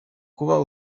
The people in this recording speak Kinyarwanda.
kuba